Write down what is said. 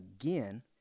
again